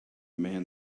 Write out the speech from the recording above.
man